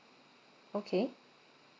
okay